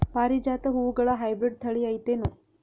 ಪಾರಿಜಾತ ಹೂವುಗಳ ಹೈಬ್ರಿಡ್ ಥಳಿ ಐತೇನು?